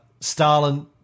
Stalin